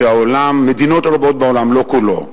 מדינות רבות בעולם, לא כולו,